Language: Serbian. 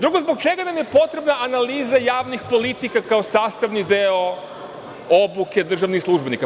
Drugo, zbog čega nam je potrebna analiza javnih politika kao sastavni deo obuke državnih službenika?